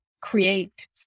create